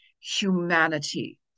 humanity